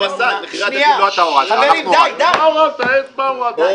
ביטן, באת קרבי היום, מה